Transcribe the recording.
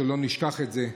שלא נשכח את זה,